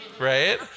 right